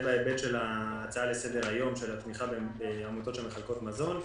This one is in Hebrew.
זה בהיבט של ההצעה לסדר-היום של התמיכה בעמותות שמחלקות מזון,